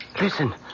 Listen